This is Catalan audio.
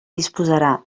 disposarà